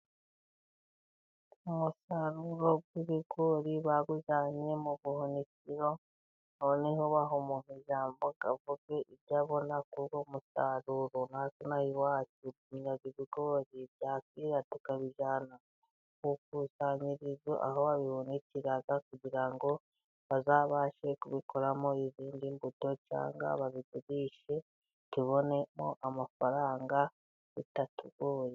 Umusaruro w'ibigori bawujyanye mu buhunikiro, aho ni ho baha umuntu ijambo ngo avuge uko abona uwo musaruro nka Sina w'iwacu, duhinga ibigori tukabijyana ku ikusanyirizo aho babihunikira kugira ngo bazabashe kubikoramo izindi mbuto cyangwa babigurishe tubonemo amafaranga bitatugoye.